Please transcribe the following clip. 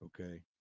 Okay